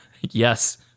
Yes